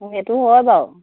সেইটো হয় বাৰু